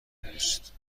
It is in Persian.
دوست